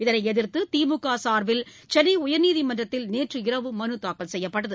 இதனை எதிர்த்து திமுக சார்பில் சென்னை உயர்நீதிமன்றத்தில் நேற்று இரவு மனு தாக்கல் செய்யப்பட்டது